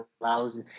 allows